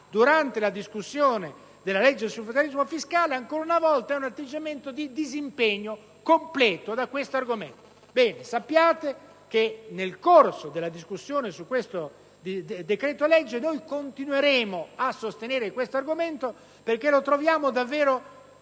durante la discussione della legge sul federalismo fiscale, ancora una volta denota un disimpegno completo da questo tema. Sappiate che nel corso della discussione sul decreto‑legge in esame noi continueremo a sostenere questo argomento perché lo troviamo davvero